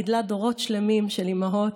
היא גידלה דורות שלמים של אימהוֹת,